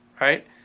right